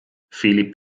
philipp